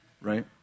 right